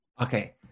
Okay